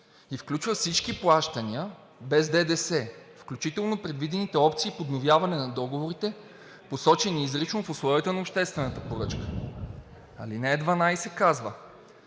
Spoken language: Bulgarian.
и включва всички плащания без ДДС, включително предвидените опции и подновяване на договорите, посочени изрично в условията на обществената поръчка.“ Алинея 12 казва: